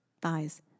thighs